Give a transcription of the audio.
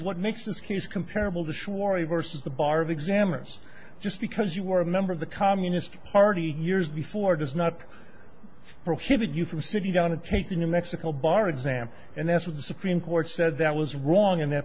what makes this case comparable to shore a versus the bar of examiners just because you were a member of the communist party years before does not prohibit you from sitting down to take the new mexico bar exam and that's what the supreme court said that was wrong in that